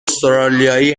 استرالیایی